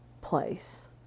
place